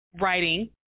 writing